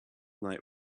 night